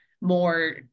more